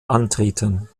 antreten